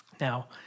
Now